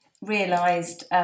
realised